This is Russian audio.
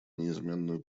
неизменную